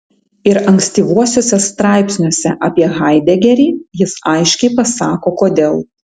ir ankstyvuosiuose straipsniuose apie haidegerį jis aiškiai pasako kodėl